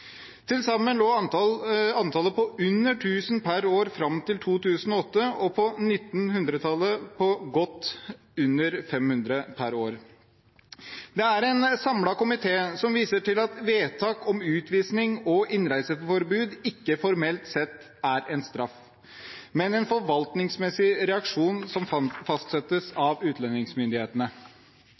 på 1900-tallet på godt under 500 per år. Det er en samlet komité som viser til at vedtak om utvisning og innreiseforbud ikke formelt sett er en straff, men en forvaltningsmessig reaksjon som fastsettes av utlendingsmyndighetene.